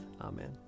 Amen